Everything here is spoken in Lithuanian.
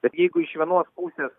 bet jeigu iš vienos pusės